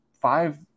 five